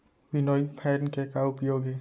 Winnowing fan के का का उपयोग हे?